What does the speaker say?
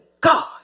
God